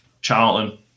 Charlton